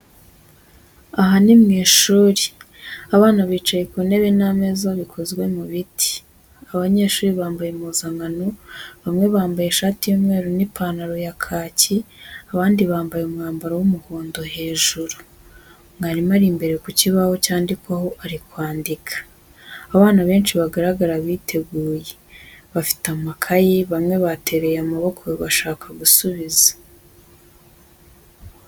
Aha ni mu ishuri, abana bicaye ku ntebe n’ameza bikozwe mu biti. Abanyeshuri bambaye impuzankano, bamwe bambaye ishati y’umweru n’ipantaro ya kaki, abandi bambaye umwambaro w’umuhondo hejuru. Mwarimu ari imbere ku kibaho cyandikwaho ari kwandika. Abana benshi bagaragara biteguye bafite amakayi, bamwe bateruye amaboko bashaka gusubiza.